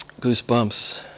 Goosebumps